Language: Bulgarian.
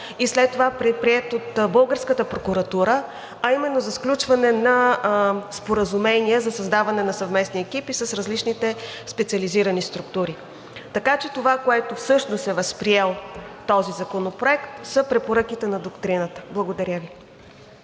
и след това предприет от българската прокуратура, а именно за сключване на споразумение за създаване на съвместни екипи с различните специализирани структури. Така че това, което всъщност е възприел този законопроект, са препоръките на доктрината. Благодаря Ви.